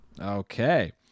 Okay